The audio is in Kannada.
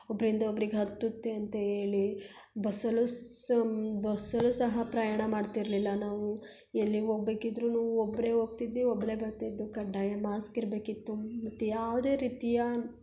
ಒಬ್ಬರಿಂದ ಒಬ್ರಿಗೆ ಹತ್ತುತ್ತೆ ಅಂತ ಹೇಳಿ ಬಸ್ಸಲ್ಲೂ ಸಮ್ ಬಸ್ಸಲ್ಲೂ ಸಹ ಪ್ರಯಾಣ ಮಾಡ್ತಿರಲಿಲ್ಲ ನಾವು ಎಲ್ಲಿಗೆ ಹೋಗ್ಬೇಕಿದ್ರೂ ಒಬ್ಬರೇ ಹೋಗ್ತಿದ್ವಿ ಒಬ್ಬರೇ ಬರ್ತಿದ್ದೊ ಕಡ್ಡಾಯ ಮಾಸ್ಕ್ ಇರಬೇಕಿತ್ತು ಮತ್ತು ಯಾವುದೇ ರೀತಿಯ